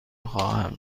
خواهم